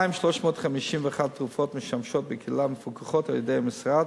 2,351 תרופת משמשות בקהילה ומפוקחות על-ידי המשרד,